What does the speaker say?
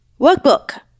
workbook